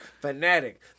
Fanatic